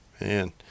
man